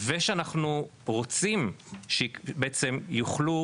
באמת פרחים של ילדים.